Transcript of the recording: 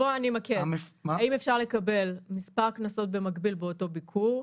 האם אפשר לקבל מספר קנסות במקביל באותו ביקור?